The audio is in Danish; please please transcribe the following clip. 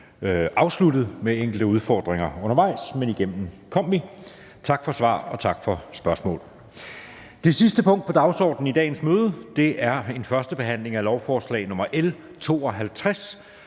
afsluttet med enkelte udfordringer undervejs, men igennem kom vi. Tak for svar, og tak for spørgsmål. --- Det sidste punkt på dagsordenen er: 2) 1. behandling af lovforslag nr. L 52: